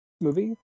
movie